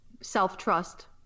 self-trust